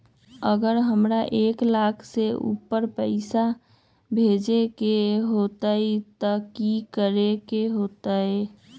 अगर हमरा एक लाख से ऊपर पैसा भेजे के होतई त की करेके होतय?